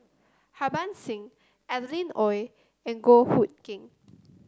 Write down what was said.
Harbans Singh Adeline Ooi and Goh Hood Keng